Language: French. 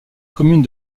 commune